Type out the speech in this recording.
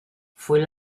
fue